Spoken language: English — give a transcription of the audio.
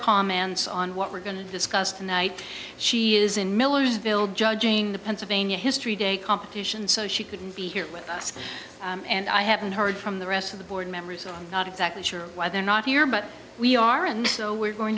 comments on what we're going to discuss tonight she is in millersville judging the pennsylvania history day competition so she couldn't be here with us and i haven't heard from the rest of the board members are not exactly sure why they're not here but we are and so we're going